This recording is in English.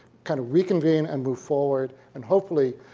kind of reconvene and move forward, and hopefully